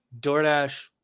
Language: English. DoorDash